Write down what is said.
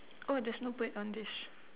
oh there's no bird on this